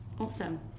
awesome